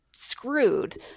screwed